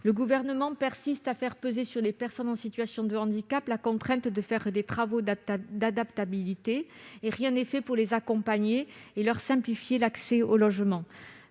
Le Gouvernement persiste à faire peser sur les personnes en situation de handicap la contrainte d'effectuer les travaux d'adaptabilité ; rien n'est fait pour les accompagner et leur simplifier l'accès au logement.